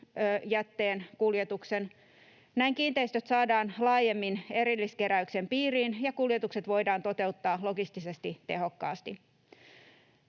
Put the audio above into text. jätteen kuljetuksen. Näin kiinteistöt saadaan laajemmin erilliskeräyksen piiriin ja kuljetukset voidaan toteuttaa logistisesti tehokkaasti.